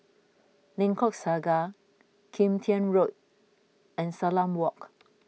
Lengkok Saga Kim Tian Road and Salam Walk